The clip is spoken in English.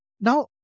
Now